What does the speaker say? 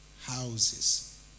houses